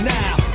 now